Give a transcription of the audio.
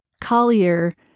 Collier